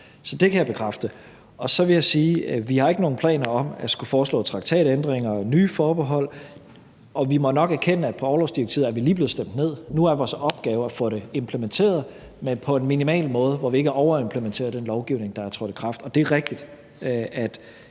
sige, at vi ikke har nogen planer om at skulle foreslå traktatændringer og nye forbehold, og vi må nok erkende, at på orlovsdirektivet er vi lige blevet stemt ned, så nu er vores opgave at få det implementeret, men på en minimal måde, hvor vi ikke overimplementerer den lovgivning, der er trådt i kraft. Og det er rigtigt,